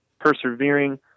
persevering